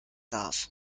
darf